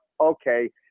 Okay